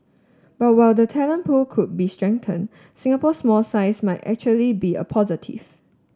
but while the talent pool could be strengthened Singapore small size might actually be a positive